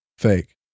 Fake